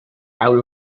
out